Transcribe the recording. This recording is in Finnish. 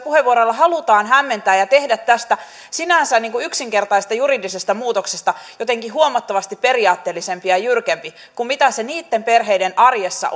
puheenvuoroilla halutaan hämmentää ja tehdä tästä sinänsä yksinkertaisesta juridisesta muutoksesta jotenkin huomattavasti periaatteellisempi ja jyrkempi kuin se niitten perheiden arjessa